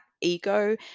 ego